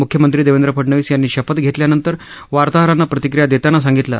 म्ख्यमंत्री देवेंद्र फडणवीस यांनी शपथ घेतल्यानंतर वार्ताहरांना प्रतिक्रीया देताना सांगितलं